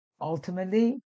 Ultimately